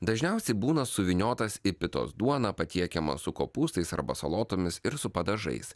dažniausiai būna suvyniotas į pitos duoną patiekiama su kopūstais arba salotomis ir su padažais